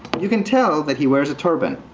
you can tell that he wears a turban.